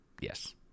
yes